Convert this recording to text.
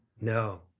No